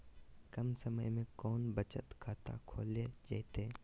कम समय में कौन बचत खाता खोले जयते?